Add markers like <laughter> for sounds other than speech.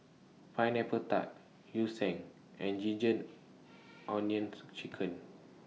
Pineapple Tart Yu Sheng and Ginger <noise> Onions Chicken